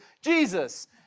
Jesus